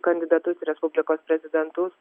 kandidatus respublikos prezidentus